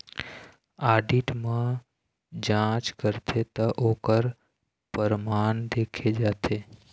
audit म जांच करथे त ओखर परमान देखे जाथे